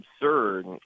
absurd